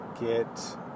get